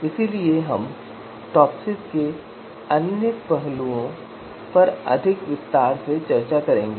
इसलिए हम टॉपसिस के अन्य पहलुओं पर अधिक विस्तार से चर्चा करेंगे